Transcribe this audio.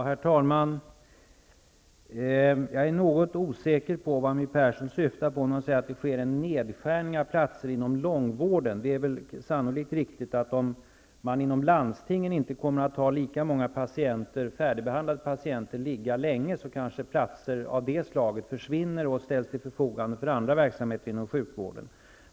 Herr talman! Jag är något osäker på vad My Persson syftar på när hon säger att det sker en nedskärning av platser inom långvården. Det är sannolikt riktigt att man inom landstingen inte kommer att ha lika många färdigbehandlade patienter som ligger länge. Kanske platser av det slaget försvinner och ställs till förfogande för andra verksamheter inom sjukvården.